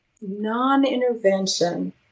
non-intervention